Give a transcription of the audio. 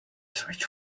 switch